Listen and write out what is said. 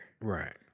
right